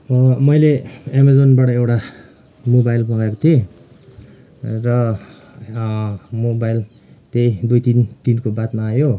मैले एमेजोनबाट एउटा मोबाइल मगएको थिएँ र मोबाइल त्यही दुई तिन दिनको बादमा आयो